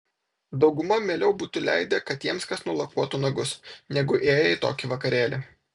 dauguma mieliau būtų leidę kad jiems kas nulakuotų nagus negu ėję į tokį vakarėlį